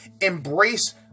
embrace